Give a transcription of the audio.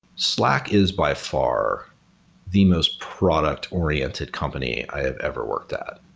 slack is by far the most product-oriented company i have ever worked at.